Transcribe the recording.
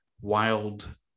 wild